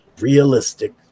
realistic